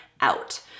out